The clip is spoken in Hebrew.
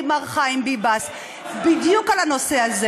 מר חיים ביבס בדיוק על הנושא הזה,